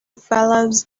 fellows